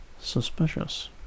suspicious